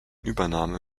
übernahme